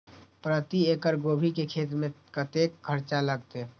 प्रति एकड़ गोभी के खेत में कतेक खर्चा लगते?